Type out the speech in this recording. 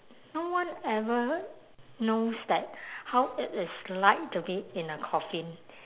no one ever knows that how it is like to be in a coffin